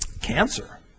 cancer